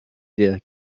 der